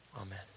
amen